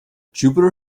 jupiter